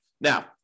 Now